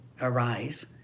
arise